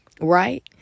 right